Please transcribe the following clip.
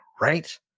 right